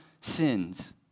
sins